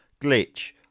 glitch